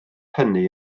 hynny